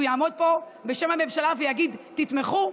הוא יעמוד פה בשם הממשלה ויגיד: תתמכו?